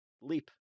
leap